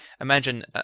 imagine